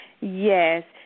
Yes